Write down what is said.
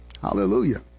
Hallelujah